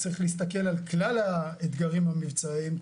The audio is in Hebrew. צריך להסתכל על כלל האתגרים המבצעיים,